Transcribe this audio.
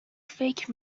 فکر